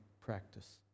practice